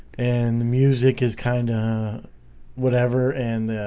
and the music is kind of whatever and